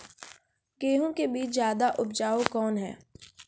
गेहूँ के बीज ज्यादा उपजाऊ कौन है?